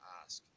ask